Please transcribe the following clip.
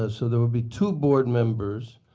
ah so there will be two boards members.